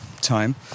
time